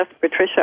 Patricia